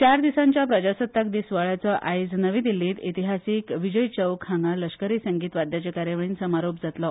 चार दिसांच्या प्रजासत्ताक दिस सुवाळ्याचो आयज नवी दिल्लीत इतिहासिक विजय चौक हांगा लष्करी संगीत वाद्यांच्या कार्यावळीन समारोप जातलो